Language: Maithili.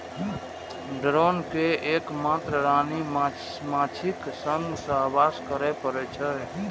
ड्रोन कें एक मात्र रानी माछीक संग सहवास करै पड़ै छै